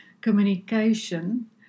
communication